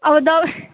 अब दबाई